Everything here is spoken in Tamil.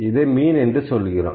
இதை மீன் என்று சொல்கிறோம்